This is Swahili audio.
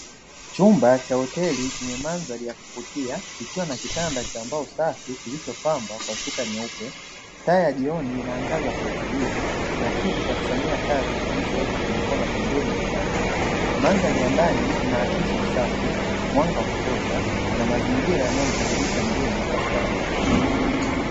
Chumba cha hoteli chenye mandhari ya kuvutia ikiwa na kitanda cha mbao safi kilichopambwa kwa shuka jeupe taa ya jioni inaangazia kwa utulivu, na kiti cha kufanyiwa kazi kilichowekwa kwenye kona pembeni ya kitanda. Mandhari ya ndani inaakisi usafi, mwanga wa kutosha na mazingira yanayomkaribisha mgeni kwa starehe.